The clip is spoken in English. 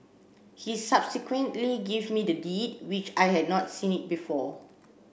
he subsequently gave me the deed which I had not seen it before